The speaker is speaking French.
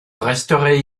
resterai